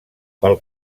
pel